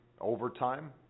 overtime